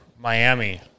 Miami